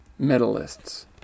medalists